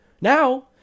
Now